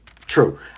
true